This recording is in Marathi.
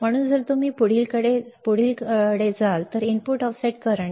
म्हणून जर तुम्ही पुढीलकडे जाल तर इनपुट ऑफसेट करंट